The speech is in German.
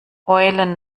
eulen